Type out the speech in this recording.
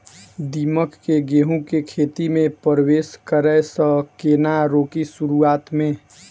दीमक केँ गेंहूँ केँ खेती मे परवेश करै सँ केना रोकि शुरुआत में?